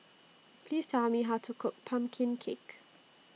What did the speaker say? Please Tell Me How to Cook Pumpkin Cake